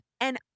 And-